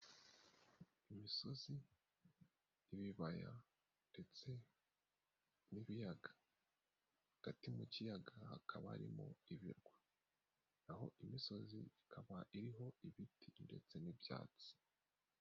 Imisozi, ibibaya ndetse n'ibiyaga, hagatiti mu kiyaga hakaba harimo ibirwa, naho imisozi ikaba iriho ibiti ndetse n'ibyatsi.